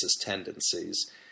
tendencies